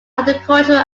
agricultural